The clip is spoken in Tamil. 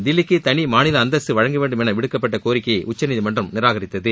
தில்லிக்கு தனி மாநில அந்தஸ்து வழங்கவேண்டும் என விடுக்கப்பட்ட கோரிக்கையை உச்சநீதிமன்றம் நிராகரித்தது